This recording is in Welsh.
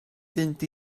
fynd